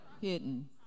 Hidden